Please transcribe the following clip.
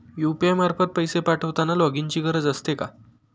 UPI मार्फत पैसे पाठवताना लॉगइनची गरज असते का?